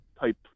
type